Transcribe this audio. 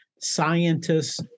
scientists